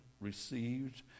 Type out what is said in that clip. received